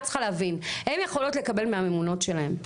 את צריכה להבין, הן יכולות לקבל מהממונות שלהן,